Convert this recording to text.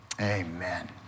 amen